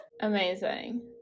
amazing